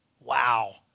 wow